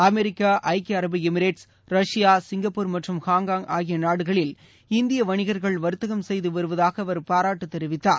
America ஐக்கிய அரபு Emirates Russia Singapore மற்றும் ஹாங்காங் ஆகிய நாடுகளில் இந்திய வணிகர்கள் வர்த்தகம் செய்து வருவதாக அவர் பாராட்டு தெரிவித்தார்